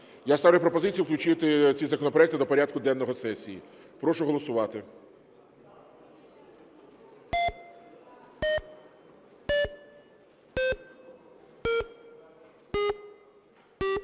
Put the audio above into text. Я ставлю пропозицію включити ці законопроекти до порядку денного сесії. Прошу голосувати.